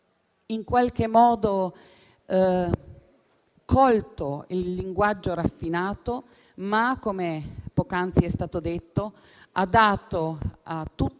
Grazie